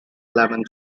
lemon